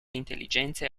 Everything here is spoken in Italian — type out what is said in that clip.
intelligenze